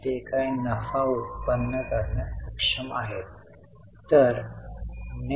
ते 14000 अंशतः गुंतवणूकीच्या खरेदीसाठी वापरले जाते